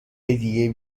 هدیه